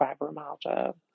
fibromyalgia